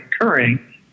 occurring